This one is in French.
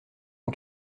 mon